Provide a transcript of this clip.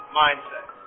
mindset